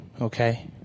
okay